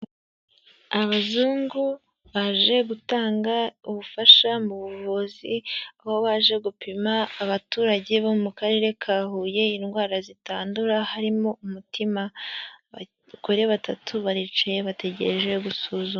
Abazungu baje gutanga ubufasha mu buvuzi, aho baje gupima abaturage bo mu karere ka Huye indwara zitandura harimo umutima, abagore batatu baricaye bategereje gusuzumwa.